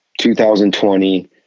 2020